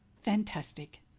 fantastic